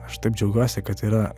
aš taip džiaugiuosi kad yra